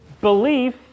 belief